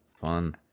fun